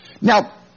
Now